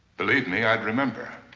believe me, i'd remember.